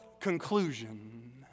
Conclusion